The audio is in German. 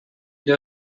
der